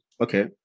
Okay